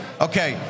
Okay